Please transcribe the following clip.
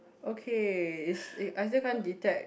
okay is I still can't detect